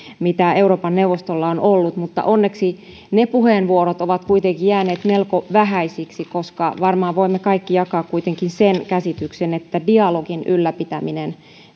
joita euroopan neuvostolla on ollut mutta onneksi ne puheenvuorot ovat kuitenkin jääneet melko vähäisiksi koska varmaan voimme kaikki jakaa kuitenkin sen käsityksen että dialogin ylläpitäminen